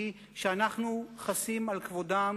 היא שאנחנו חסים על כבודם